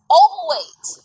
overweight